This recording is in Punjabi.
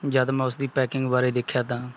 ਜਦੋਂ ਮੈਂ ਉਸਦੀ ਪੈਕਿੰਗ ਬਾਰੇ ਦੇਖਿਆ ਤਾਂ